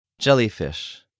Jellyfish